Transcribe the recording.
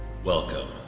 Welcome